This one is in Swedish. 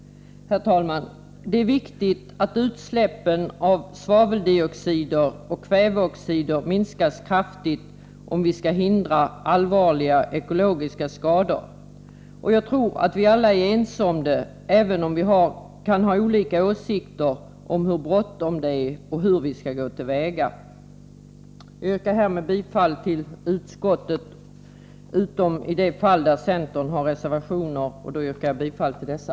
Herr talman! Det är viktigt att utsläppen av svaveldioxider och kväveoxider minskas kraftigt om vi skall hindra allvarliga ekologiska skador. Jag tror att vi alla är ense om detta, även om vi kan ha olika åsikter om hur bråttom det är och om hur vi skall gå till väga. Jag yrkar härmed bifall till utskottets hemställan, utom i de fall då centern har reservationer, där jag yrkar bifall till dessa.